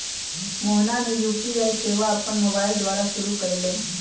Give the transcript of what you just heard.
मोहना ने यू.पी.आई सेवा अपन मोबाइल द्वारा शुरू कई लय